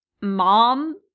mom